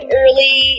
early